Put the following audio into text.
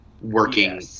working